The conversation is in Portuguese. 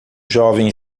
jovem